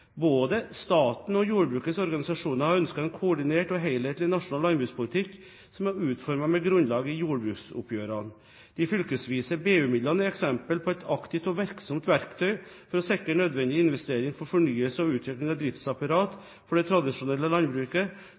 både nasjonalt og internasjonalt. Både staten og jordbrukets organisasjoner ønsker en koordinert og helhetlig nasjonal landbrukspolitikk som er utformet med grunnlag i jordbruksoppgjørene. De fylkesvise BU-midlene er eksempel på et aktivt og virksomt verktøy for å sikre nødvendig investering for fornyelse og utvikling av driftsapparatet for det tradisjonelle landbruket,